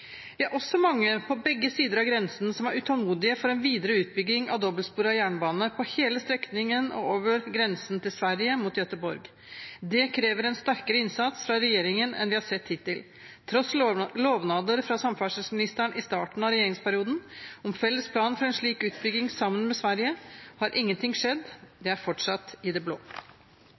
Vi er også mange på begge sider av grensen som er utålmodige etter en videre utbygging av dobbeltsporet jernbane på hele strekningen og over grensen til Sverige mot Göteborg. Det krever en sterkere innsats fra regjeringen enn vi har sett hittil. Tross lovnader fra samferdselsministeren i starten av regjeringsperioden om en felles plan for en slik utbygging sammen med Sverige har ingenting skjedd. Det er fortsatt i det blå.